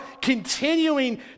continuing